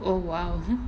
oh !wow!